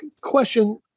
question